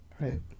right